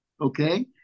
okay